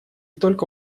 только